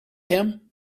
him